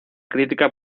crítica